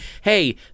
hey